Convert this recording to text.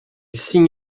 signe